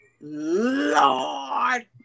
Lord